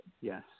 Yes